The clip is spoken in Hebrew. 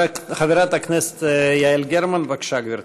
חברת הכנסת יעל גרמן, בבקשה, גברתי.